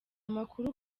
makuru